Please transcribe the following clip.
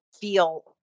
feel